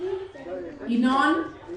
גם